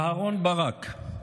אהרן ברק,